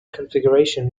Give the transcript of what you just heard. configuration